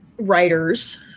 writers